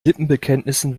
lippenbekenntnissen